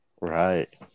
Right